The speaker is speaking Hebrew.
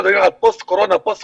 אנחנו הרי מדברים על פוסט קורונה ופוסט